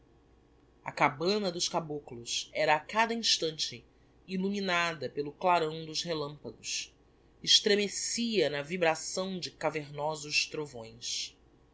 a cabana dos caboclos era a cada instante illuminada pelo clarão dos relampagos estremecia na vibração de cavernosos trovões